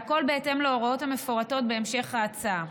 והכול בהתאם להוראות המפורטות בהמשך ההצעה.